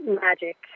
magic